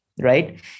Right